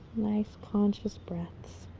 nice conscious breaths.